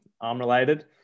arm-related